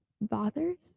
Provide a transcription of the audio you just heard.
bothers